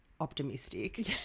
optimistic